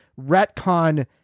retcon